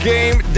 Game